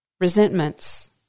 resentments